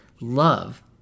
love